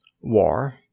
War